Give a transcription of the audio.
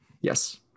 Yes